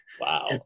Wow